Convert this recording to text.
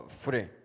free